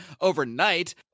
overnight